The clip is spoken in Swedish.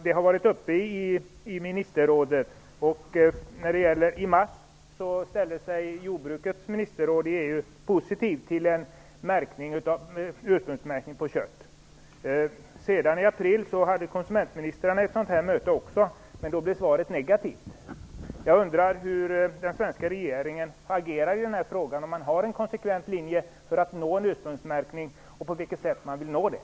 Det har varit uppe i ministerrådet. I mars ställde sig jordbrukets ministerråd i EU positivt till en ursprungsmärkning av kött. I april hade konsumentministrarna ett möte. Då blev svaret negativt.